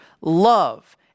love